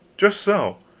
just so.